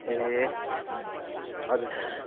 ए हजुर सर